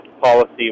policy